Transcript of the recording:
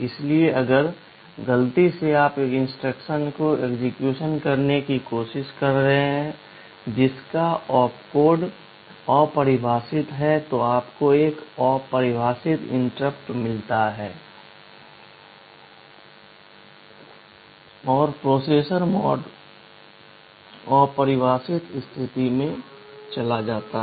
इसलिए अगर गलती से आप एक इंस्ट्रक्शन को एक्सेक्यूशन करने की कोशिश कर रहे हैं जिसका ऑपकोड अपरिभाषित है तो आपको एक अपरिभाषित इंटरप्ट मिलता है और प्रोसेसर मोड अपरिभाषित स्थिति में चला जाता है